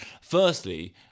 firstly